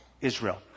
Israel